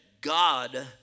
God